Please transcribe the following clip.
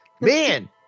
man